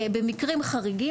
במקרים חריגים,